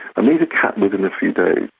um and capped within a few days.